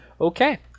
Okay